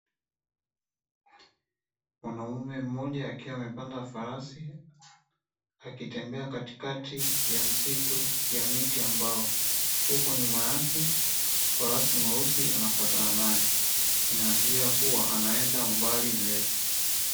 Mwanaume mmoja akiwa amepanda farasi akitembea katikati ya misitu ya miti ya mbao, huku nyuma yake farasi mweusi anafuatana naye; inaashiria kuwa anaenda umbali mrefu.